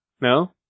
No